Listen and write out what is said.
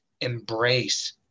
embrace